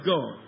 God